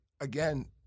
again